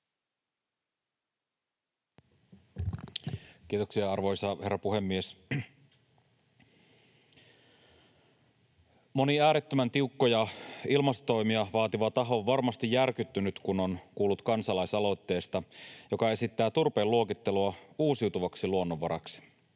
Kiitoksia, arvoisa herra puhemies! Moni äärettömän tiukkoja ilmastotoimia vaativa taho on varmasti järkyttynyt, kun on kuullut kansalaisaloitteesta, joka esittää turpeen luokittelua uusiutuvaksi luonnonvaraksi.